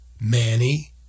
Manny